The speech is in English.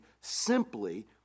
simply